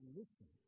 listen